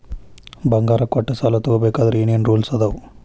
ಬಂಗಾರ ಕೊಟ್ಟ ಸಾಲ ತಗೋಬೇಕಾದ್ರೆ ಏನ್ ಏನ್ ರೂಲ್ಸ್ ಅದಾವು?